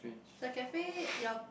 the cafe your